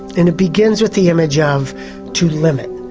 and it begins with the image of to limit,